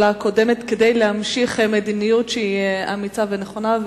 הקודמת כדי להמשיך מדיניות אמיצה ונכונה.